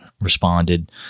responded